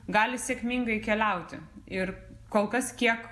gali sėkmingai keliauti ir kol kas kiek